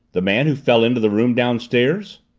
the man who fell into the room downstairs?